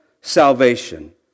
salvation